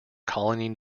colony